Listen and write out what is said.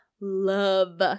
love